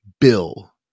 Bill